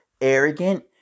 arrogant